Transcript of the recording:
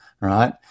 right